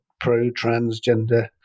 pro-transgender